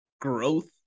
growth